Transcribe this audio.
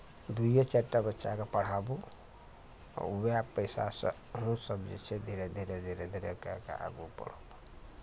दुइए चारिटा बच्चाके पढ़ाबू आ वैह पैसा शसँ अहूँ सब जे छै धीरे धीरे धीरे धीरे कए कऽ आगू बढ़ब